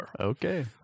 Okay